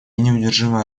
неудержимая